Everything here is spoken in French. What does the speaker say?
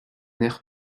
air